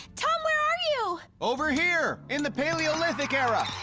tom, where are you! over here! in the paleolithic era.